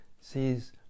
sees